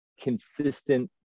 consistent